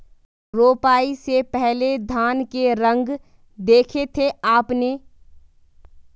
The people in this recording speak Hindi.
रोपाई से पहले धान के रंग देखे थे आपने?